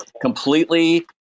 completely